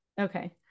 okay